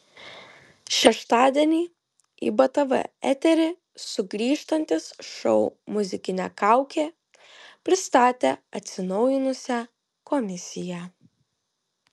šeštadienį į btv eterį sugrįžtantis šou muzikinė kaukė pristatė atsinaujinusią komisiją